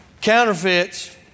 Counterfeits